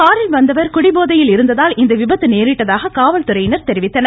காரில் வந்தவர் குடிபோதையில் இருந்ததால் இந்த விபத்து நேரிட்டதாக காவல்துறையினர் தெரிவித்தனர்